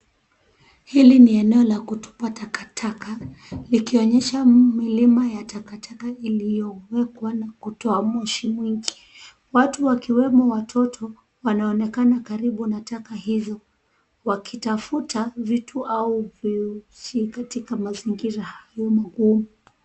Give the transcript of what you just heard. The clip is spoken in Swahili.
Hili ni eneo la kutupa takataka, likionyesha milima ya takataka iliyowekwa na kutoa moshi mwingi. Watu wakiwemo watoto, wanaonekana karibu na taka hizo, wakitafuta vitu au viushi katika mazingira hayo magumu.